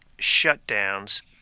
shutdowns